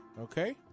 Okay